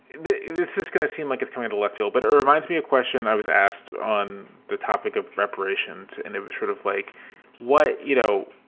it's just going to seem like it's come into left field. but it reminds me a question i was asked on the topic of reparations. and it was sort of like what you know,